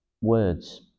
words